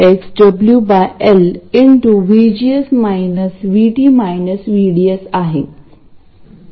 पण विचार अगदी तसाच आहे ac मध्ये गेटला काहीतरी कनेक्ट केले पाहिजे आणि dc मध्ये काहीतरी वेगळं केले पाहिजे